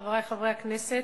חברי חברי הכנסת,